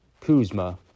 Kuzma